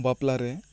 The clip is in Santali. ᱵᱟᱯᱞᱟ ᱨᱮ